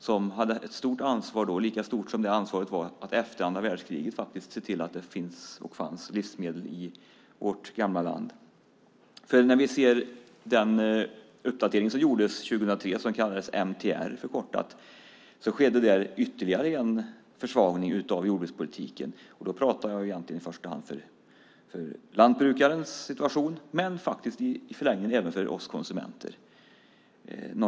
Det hade då ett mycket stort ansvar. Det var lika stort som ansvaret efter andra världskriget att se till att det fanns och skulle finnas livsmedel i vårt gamla land. När vi ser till den uppdatering som gjordes 2003, som förkortat kallades MTR, skedde där en ytterligare försvagning av jordbrukspolitiken, någonting som var väldigt negativt. Jag talar då egentligen i första hand för lantbrukarens situation men också i förlängningen för oss konsumenter.